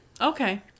Okay